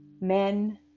men